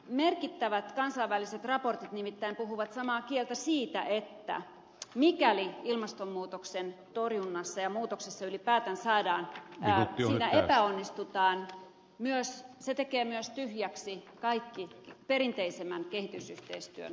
merkittävät kansainväliset raportit nimittäin puhuvat samaa kieltä siitä että mikäli ilmastonmuutoksen torjunnassa ja muutoksessa ylipäätään epäonnistutaan se tekee myös tyhjäksi kaikki perinteisemmän kehitysyhteistyön panostukset